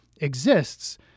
exists